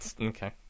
Okay